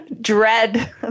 dread